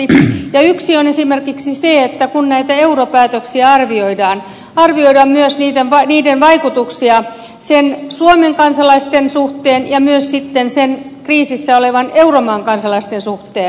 yksi on esimerkiksi se että kun näitä europäätöksiä arvioidaan arvioidaan myös niiden vaikutuksia suomen kansalaisten suhteen ja myös sitten sen kriisissä olevan euromaan kansalaisten suhteen